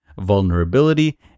vulnerability